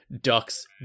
ducks